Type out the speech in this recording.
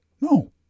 No